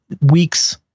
weeks